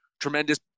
Tremendous